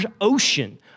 ocean